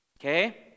Okay